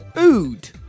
Ood